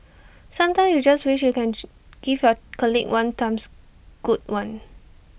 sometimes you just wish you can G give your colleague one times good one